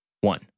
One